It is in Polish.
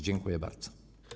Dziękuję bardzo.